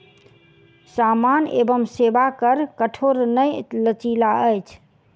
सामान एवं सेवा कर कठोर नै लचीला अछि